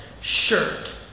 shirt